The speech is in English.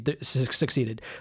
succeeded